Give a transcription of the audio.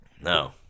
No